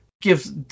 gives